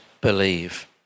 believe